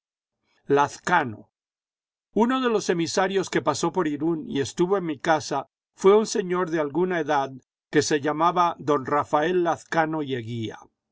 lazcano uno de los emisarios que pasó por irún y estuvo en mi casa fué un señor de alguna edad que se llamaba don rafael lazcano y eguía